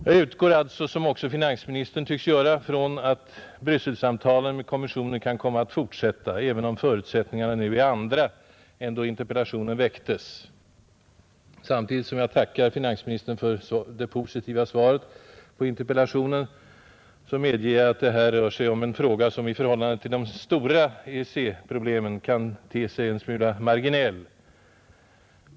Jag utgår alltså, som också finansministern tycks göra, från att Brysselsamtalen med kommissionen kan komma att fortsätta, även om förutsättningarna nu är andra än då interpellationen framställdes. Samtidigt som jag tackar finansministern för det positiva svaret på interpellationen medger jag att det här rör sig om en fråga som i förhållande till de stora EEC-problemen kan te sig en smula marginell.